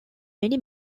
many